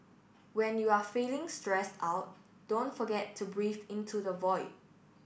when you are feeling stressed out don't forget to breathe into the void